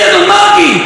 אדון מרגי,